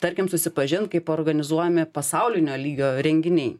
tarkim susipažint kaip organizuojami pasaulinio lygio renginiai